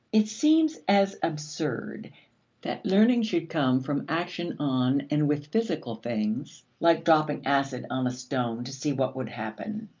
it seems as absurd that learning should come from action on and with physical things, like dropping acid on a stone to see what would happen,